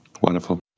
Wonderful